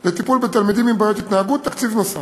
לטיפול בתלמידים עם בעיות התנהגות, תקציב נוסף.